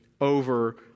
over